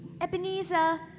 Ebenezer